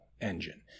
engine